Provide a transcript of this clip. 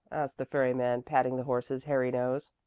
asked the ferryman, patting the horse's hairy nose.